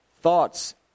thoughts